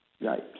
Right